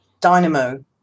dynamo